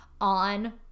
on